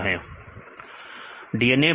विद्यार्थी classification real